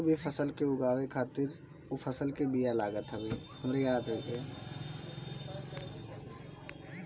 कवनो भी फसल के उगावे खातिर उ फसल के बिया लागत हवे